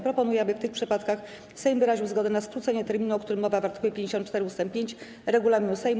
Proponuję, aby w tych przypadkach Sejm wyraził zgodę na skrócenie terminu, o którym mowa w art. 54 ust. 5 regulaminu Sejmu.